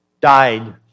died